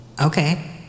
Okay